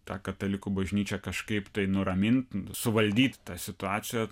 tą katalikų bažnyčią kažkaip tai nuramint suvaldyt tą situaciją